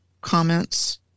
comments